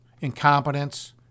incompetence